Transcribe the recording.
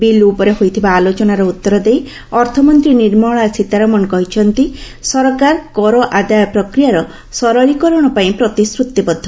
bill ଉପରେ ହୋଇଥିବା ଆଲୋଚନାର ଉତ୍ତର ଦେଇ ଅର୍ଥମନ୍ତ୍ରୀ ନିର୍ମଳା ସୀତରମଣ କହିଛନ୍ତି ସରକାର କର ଆଦାୟ ପ୍ରକ୍ରିୟାର ସରଳୀକରଣ ପାଇଁ ପ୍ରତିଶ୍ରତିବଦ୍ଧ